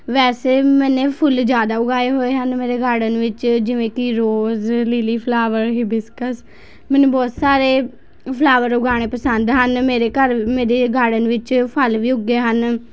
ਵੈਸੇ ਮੇਨੇ ਫੁੱਲ ਜ਼ਿਆਦਾ ਉਗਾਏ ਹੋਏ ਹਨ ਮੇਰੇ ਗਾਰਡਨ ਵਿੱਚ ਜਿਵੇਂ ਕਿ ਰੋਜ਼ ਲੀਲੀ ਫਲਾਵਰ ਹੀਬਿਸਕਸ ਮੈਨੂੰ ਬਹੁਤ ਸਾਰੇ ਫਲਾਵਰ ਉਗਾਉਣੇ ਪਸੰਦ ਹਨ ਮੇਰੇ ਘਰ ਮੇਰੇ ਗਾਰਡਨ ਵਿੱਚ ਫਲ ਵੀ ਉੱਗੇ ਹਨ